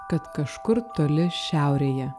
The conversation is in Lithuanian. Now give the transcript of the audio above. kad kažkur toli šiaurėje